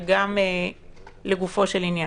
וגם לגופו של עניין.